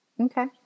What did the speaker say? Okay